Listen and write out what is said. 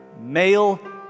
male